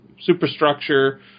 superstructure